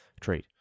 Trade